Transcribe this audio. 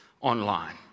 online